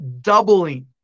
doubling